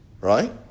right